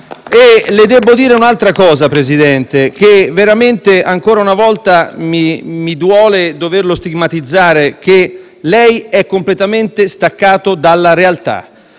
Le devo dire un'altra cosa, Presidente; ancora una volta mi duole dover stigmatizzare che lei è completamente staccato dalla realtà,